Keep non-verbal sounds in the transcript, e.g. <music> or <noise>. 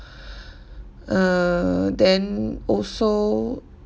<breath> uh then also